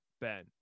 Ben